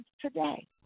today